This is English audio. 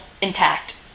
Intact